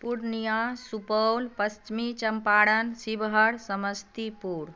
पूर्णिया सुपौल पश्चिमी चम्पारण शिवहर समस्तीपुर